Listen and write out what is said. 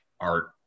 art